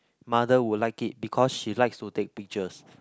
mother would like it because she likes to take pictures